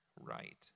right